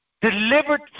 delivered